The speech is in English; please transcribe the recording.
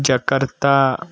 Jakarta